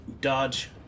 dodge